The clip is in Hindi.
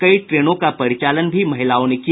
कई ट्रेनों का परिचालन भी महिलाओं ने किया